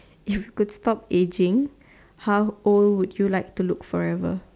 if you could stop aging how old would you like to look forever